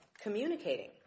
communicating